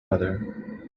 other